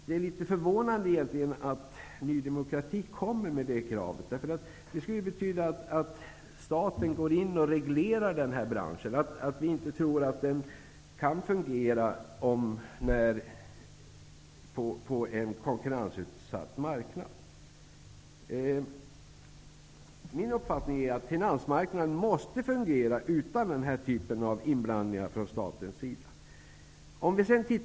Det är egentligen litet förvånande att Ny demokrati kommer med det kravet. Det skulle betyda att staten går in och reglerar den här branschen och att vi inte tror att den kan fungera på en konkurrensutsatt marknad. Min uppfattning är att finansmarknaden måste fungera utan den här typen av inblandningar från statens sida.